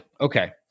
Okay